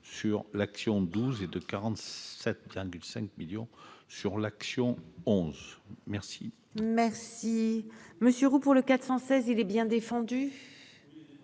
sur l'action 12 et de 47 plein du 5 millions sur l'action onze merci. Merci monsieur Roux pour le 416 il est bien défendu,